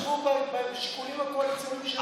אתם תתחשבו בשיקולים הקואליציוניים שלנו,